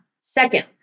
Second